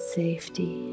safety